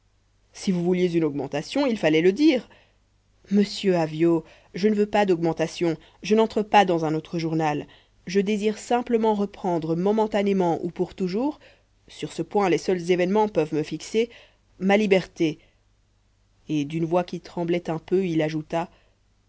si vous vouliez une augmentation il fallait le dire monsieur avyot je ne veux pas d'augmentation je n'entre pas dans un autre journal je désire simplement reprendre momentanément ou pour toujours sur ce point les seuls événements peuvent me fixer ma liberté et d'une voix qui tremblait un peu il ajouta